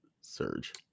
Surge